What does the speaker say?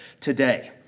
today